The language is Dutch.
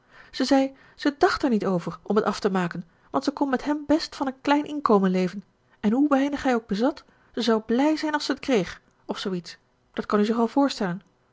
ze zei ze dacht er niet over om het af te maken want ze kon met hem best van een klein inkomen leven en hoe weinig hij ook bezat ze zou blij zijn als ze t kreeg of zoo iets dat kan u zich wel voorstellen